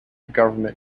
government